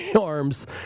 arms